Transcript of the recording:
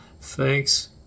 Thanks